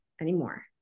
anymore